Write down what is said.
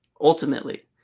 ultimately